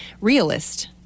realist